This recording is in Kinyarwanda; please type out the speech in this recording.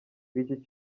w’iki